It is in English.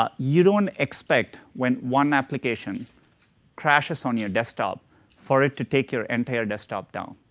ah you don't expect when one application crashes on your desktop for it to take your entire desktop down.